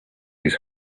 his